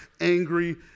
angry